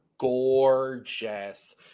Gorgeous